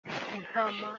intama